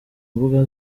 mbuga